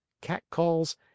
catcalls